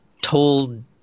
told